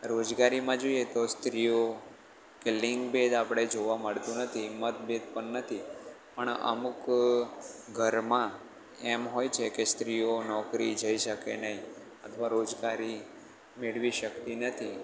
રોજગારીમાં જોઈએ તો સ્ત્રીઓ કે લિંગભેદ આપણને જોવા મળતું નથી મતભેદ પણ નથી પણ અમુક ઘરમાં એમ હોય છે કે સ્ત્રીઓ નોકરીએ જઈ શકે નહીં અથવા રોજગારી મેળવી શકતી નથી